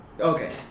Okay